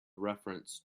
reference